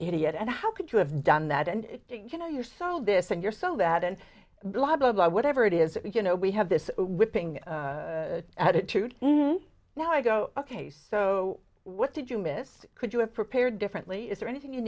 idiot and how could you have done that and you know you're so this and your so that and blah blah blah whatever it is you know we have this whipping attitude now i go ok so what did you miss could you have prepared differently is there anything you